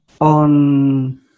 on